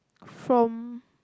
from